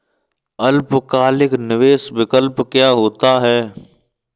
अल्पकालिक निवेश विकल्प क्या होता है?